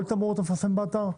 כל תמרור אתה מפרסם באתר?